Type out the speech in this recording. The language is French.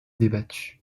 débattu